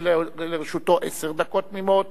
שלרשותו עשר דקות תמימות,